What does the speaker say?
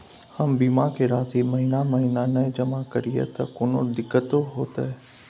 हम बीमा के राशि महीना महीना नय जमा करिए त कोनो दिक्कतों होतय?